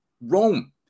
Rome